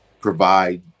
provide